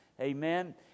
Amen